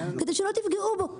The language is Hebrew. כדי שלא יפגעו בו.